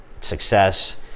success